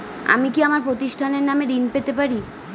আমি কি আমার প্রতিষ্ঠানের নামে ঋণ পেতে পারি?